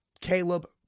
Caleb